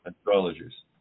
astrologers